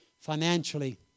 financially